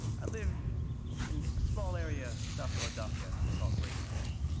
i live and small area of south philadelphia called graceberry,